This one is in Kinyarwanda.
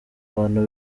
abantu